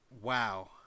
wow